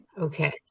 Okay